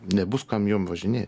nebus kam jom važinėt